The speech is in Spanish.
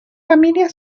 familia